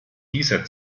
dieser